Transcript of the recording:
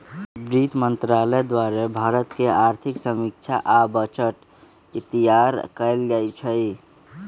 वित्त मंत्रालय द्वारे भारत के आर्थिक समीक्षा आ बजट तइयार कएल जाइ छइ